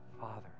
Father